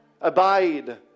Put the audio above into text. Abide